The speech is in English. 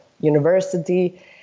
university